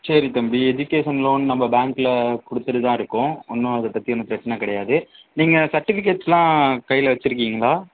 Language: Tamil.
சரி தம்பி எஜூகேஷன் லோன் நம்ம பேங்க்கில் கொடுத்துட்டுதான் இருக்கோம் ஒன்றும் அதை பற்றி ஒன்றும் பிரச்சனை கிடையாது நீங்கள் சர்ட்டிஃபிகேட்ஸுலாம் கையில் வைச்சிருக்கீங்களா